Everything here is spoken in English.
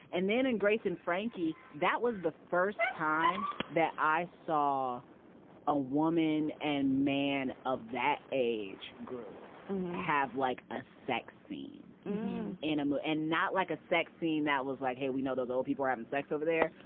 and then and grace and frankie that was the first time that i saw a woman and man of that age group have like a sex scene in a movie and not like a sex scene. that was like, hey, we know those old people are having sex over there.